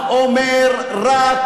ומכל בעלי האגו המנופח.